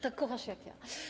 Tak kochasz jak ja.